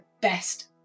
best